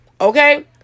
Okay